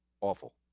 Awful